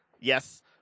Yes